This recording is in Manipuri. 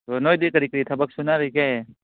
ꯑꯗꯣ ꯅꯣꯏꯗꯤ ꯀꯔꯤ ꯀꯔꯤ ꯊꯕꯛ ꯁꯨꯅꯔꯤꯒꯦ